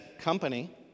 company